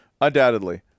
undoubtedly